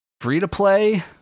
Free-to-play